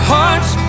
Hearts